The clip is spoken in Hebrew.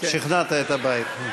שכנעת את הבית.